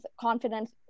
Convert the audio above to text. confidence